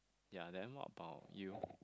ya then what about you